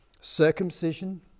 circumcision